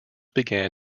began